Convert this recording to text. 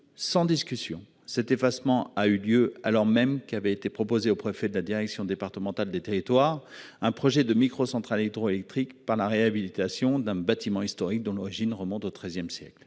sans discussion cet effacement a eu lieu, alors même qu'il avait été proposé au préfet de la direction départementale des territoires. Un projet de micro centrales hydroélectriques par la réhabilitation d'un bâtiment historique dont l'origine remonte au XIIIe siècle.